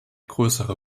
größere